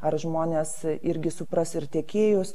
ar žmonės irgi supras ir tiekėjus